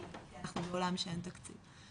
כי אנחנו בעולם שאין תקציב.